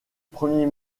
premier